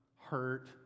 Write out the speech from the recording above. hurt